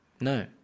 no